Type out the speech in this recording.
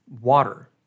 water